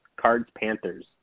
Cards-Panthers